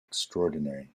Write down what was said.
extraordinary